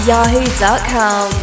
Yahoo.com